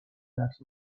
درس